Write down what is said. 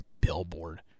Billboard